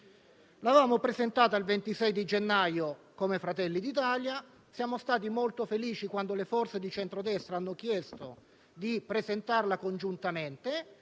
L'avevamo presentata il 26 gennaio come Fratelli d'Italia, siamo stati molto felici quando le forze di centrodestra hanno chiesto di presentarla congiuntamente,